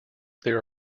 there